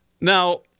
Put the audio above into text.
Now